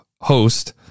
host